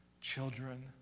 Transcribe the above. children